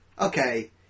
okay